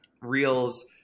reels